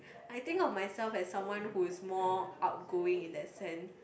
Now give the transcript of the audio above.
I think of myself as someone who is more outgoing in that sense